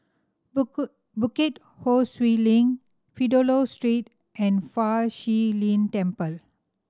Bukit Ho Swee Link Fidelio Street and Fa Shi Lin Temple